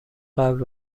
قبل